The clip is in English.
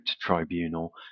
tribunal